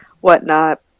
whatnot